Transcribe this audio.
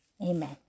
Amen